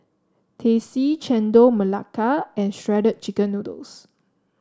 Teh C Chendol Melaka and Shredded Chicken Noodles